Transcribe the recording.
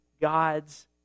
God's